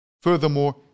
Furthermore